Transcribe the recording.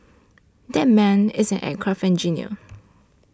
that man is an aircraft engineer